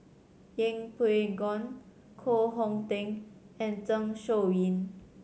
Yeng Pway Ngon Koh Hong Teng and Zeng Shouyin